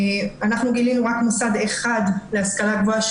גילינו רק מוסד אחד להשכלה גבוהה,